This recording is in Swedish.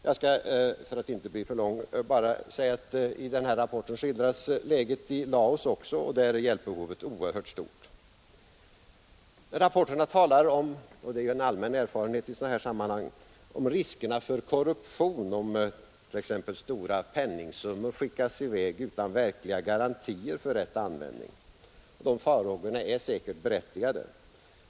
Jag skall, för att inte bli för långrandig, bara säga att i den här rapporten skildras också läget i Laos, och där är hjälpbehovet oerhört stort. Rapporterna talar om — och detta är en allmän erfarenhet i sådana här sammanhang risken för korruption, ifall t.ex. stora penningsummor skickas i väg utan verkliga garantier för rätt användning. De farhågorna är säkerligen berättigade.